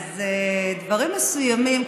אז דברים מסוימים,